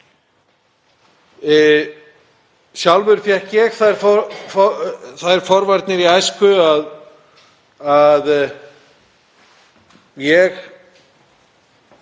Sjálfur fékk ég þær forvarnir í æsku að ég